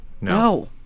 No